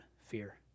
fear